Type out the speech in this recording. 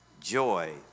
joy